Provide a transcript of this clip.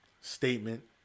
statement